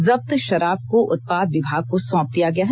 जब्त शराब को उत्पाद विभाग को सौंप दिया गया है